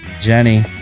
jenny